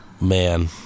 man